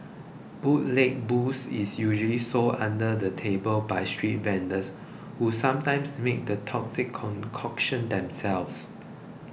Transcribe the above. bootleg booze is usually sold under the table by street vendors who sometimes make the toxic concoction themselves